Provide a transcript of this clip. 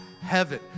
heaven